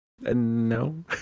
No